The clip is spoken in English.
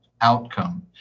outcome